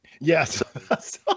Yes